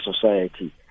society